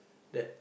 that